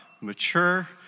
mature